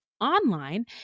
online